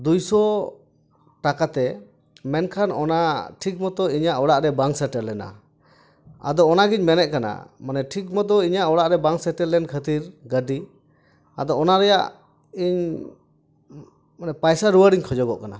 ᱫᱩᱭᱥᱚ ᱴᱟᱠᱟᱛᱮ ᱢᱮᱱᱠᱷᱟᱱ ᱚᱱᱟ ᱴᱷᱤᱠ ᱢᱚᱛᱚ ᱤᱧᱟᱹᱜ ᱚᱲᱟᱜ ᱨᱮ ᱵᱟᱝ ᱥᱮᱴᱮᱨ ᱞᱮᱱᱟ ᱟᱫᱚ ᱚᱱᱟᱜᱮᱧ ᱢᱮᱱᱮᱜ ᱠᱟᱱᱟ ᱢᱟᱱᱮ ᱴᱷᱤᱠ ᱢᱚᱛᱚ ᱤᱧᱟᱹᱜ ᱚᱲᱟᱜ ᱨᱮ ᱵᱟᱝ ᱥᱮᱴᱮᱨ ᱞᱮᱱ ᱠᱷᱟᱹᱛᱤᱨ ᱜᱟᱹᱰᱤ ᱟᱫᱚ ᱚᱱᱟᱨᱮᱭᱟᱜ ᱤᱧ ᱢᱟᱱᱮ ᱯᱟᱭᱥᱟ ᱨᱩᱣᱟᱹᱲᱤᱧ ᱠᱷᱚᱡᱚᱜᱚᱜ ᱠᱟᱱᱟ